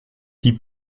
die